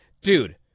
Dude